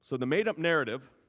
so the made-up narrative